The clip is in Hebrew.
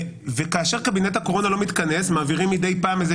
וכאשר קבינט הקורונה לא מתכנס מעבירים מדי פעם איזה